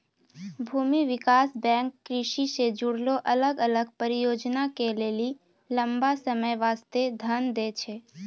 भूमि विकास बैंक कृषि से जुड़लो अलग अलग परियोजना के लेली लंबा समय बास्ते धन दै छै